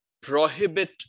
prohibit